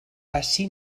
ací